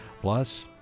Plus